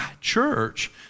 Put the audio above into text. church